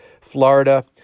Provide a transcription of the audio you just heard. Florida